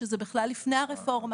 שזה בכלל לפני הרפורמה.